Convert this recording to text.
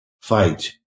fight